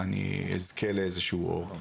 אני אזכה לאיזשהו אור.